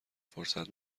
فرصت